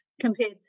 compared